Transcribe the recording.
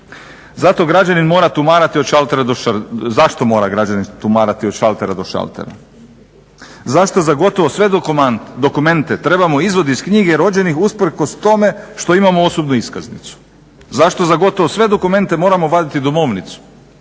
mora građanin tumatrati od šaltera do šaltera? Zašto za gotovo sve dokumente trebamo izvod iz knjige rođenih usprkos tome što imamo osobnu iskaznicu? Zašto za gotovo sve dokumente moram vaditi domovnicu